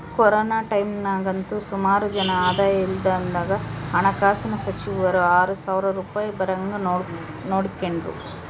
corona ಟೈಮ್ನಾಗಂತೂ ಸುಮಾರು ಜನ ಆದಾಯ ಇಲ್ದಂಗಾದಾಗ ಹಣಕಾಸಿನ ಸಚಿವರು ಆರು ಸಾವ್ರ ರೂಪಾಯ್ ಬರಂಗ್ ನೋಡಿಕೆಂಡ್ರು